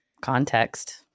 Context